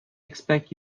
expect